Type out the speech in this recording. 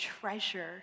treasure